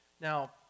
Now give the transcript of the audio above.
Now